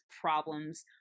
problems